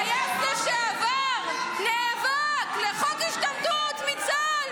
טייס לשעבר נאבק לחוק השתמטות מצה"ל,